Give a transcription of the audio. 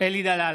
אלי דלל,